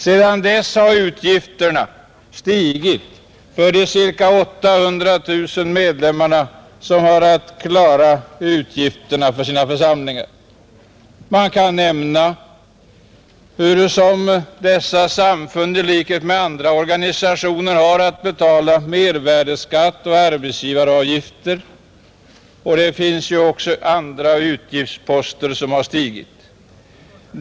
Sedan dess har utgifterna stigit för de ca 800 000 medlemmarna som har att klara utgifterna för sina församlingar, Man kan nämna hurusom dessa samfund i likhet med andra organisationer har att betala mervärdeskatt och arbetsgivaravgifter, och det finns ju också andra utgiftsposter som har stigit.